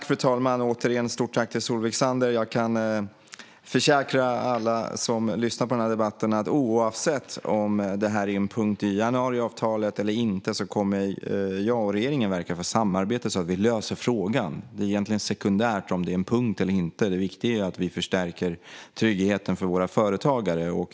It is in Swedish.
Fru talman! Jag säger återigen stort tack till Solveig Zander. Jag kan försäkra alla som lyssnar på debatten att oavsett om detta är en punkt i januariavtalet eller inte kommer jag och regeringen att verka för samarbete, så att vi löser frågan. Det är egentligen sekundärt om det är en punkt eller inte. Det viktiga är att vi förstärker tryggheten för våra företagare.